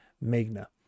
magna